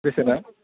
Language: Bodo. बेसेना